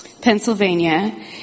Pennsylvania